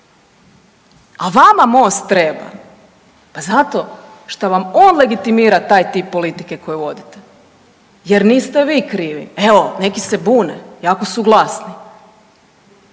A vama MOST treba pa zato što vam on legitimira taj tip politike koju vodite jer niste vi krivi. Evo, neki se bune jako su glasni.